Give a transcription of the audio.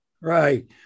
Right